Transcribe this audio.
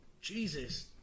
Jesus